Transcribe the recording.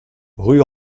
rue